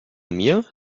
mir